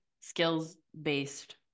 skills-based